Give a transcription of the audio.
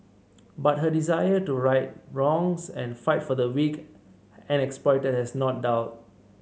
but her desire to right wrongs and fight for the weak and exploited has not dulled